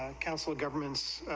council of governments,